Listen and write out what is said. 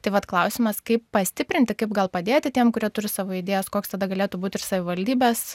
tai vat klausimas kaip pastiprinti kaip gal padėti tiem kurie turi savo idėjas koks tada galėtų būti ir savivaldybės